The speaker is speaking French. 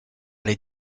les